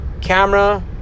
Camera